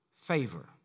favor